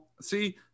See